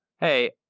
Hey